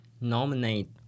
nominate